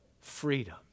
Freedom